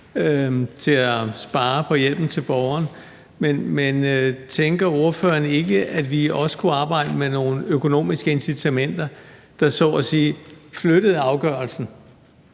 til at spare på hjælpen til borgeren. Men tænker ordføreren ikke, at vi også kunne arbejde med nogle økonomiske incitamenter, der så at sige flyttede afgørelsen,